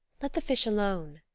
let the fish alone.